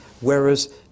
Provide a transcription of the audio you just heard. whereas